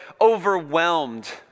overwhelmed